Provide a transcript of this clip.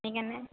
সেইকাৰণে